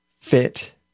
fit